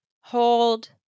hold